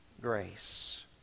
grace